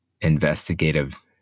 investigative